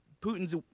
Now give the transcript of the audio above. Putin's